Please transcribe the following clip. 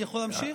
אני יכול להמשיך?